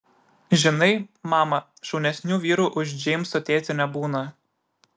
žinai mama šaunesnių vyrų už džeimso tėtį nebūna